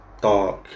dark